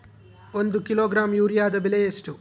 ಒಂದು ಕಿಲೋಗ್ರಾಂ ಯೂರಿಯಾದ ಬೆಲೆ ಎಷ್ಟು?